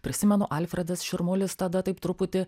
prisimenu alfredas širmulis tada taip truputį